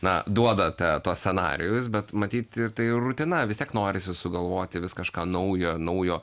na duoda tą tuos scenarijus bet matyt ir tai rutina vis tiek norisi sugalvoti vis kažką naujo naujo